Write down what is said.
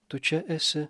tu čia esi